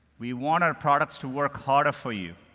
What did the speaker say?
we want our products to work harder for you,